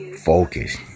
Focus